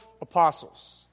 apostles